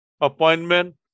appointment